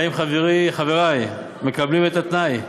האם חברי מקבלים את התנאי?